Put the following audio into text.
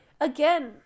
again